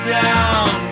down